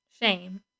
shame